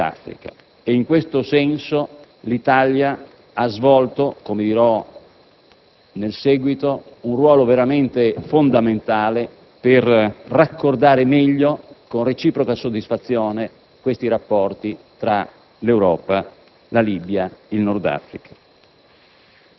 e il Nord-Africa. In tal senso, l'Italia ha svolto - come dirò in seguito - un ruolo veramente fondamentale per raccordare meglio, con reciproca soddisfazione, i rapporti tra l'Europa, la Libia e il Nord-Africa.